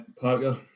Parker